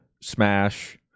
Smash